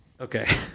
okay